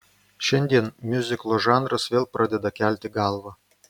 šiandien miuziklo žanras vėl pradeda kelti galvą